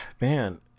Man